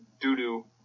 doo-doo